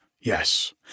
Yes